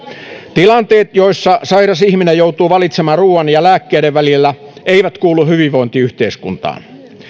tilanteet joissa sairas ihminen joutuu valitsemaan ruoan ja lääkkeiden välillä eivät kuulu hyvinvointiyhteiskuntaan